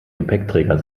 gepäckträger